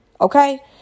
Okay